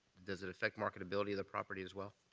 does it affect marketability of the property as well?